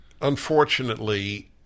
Unfortunately